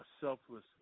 selfless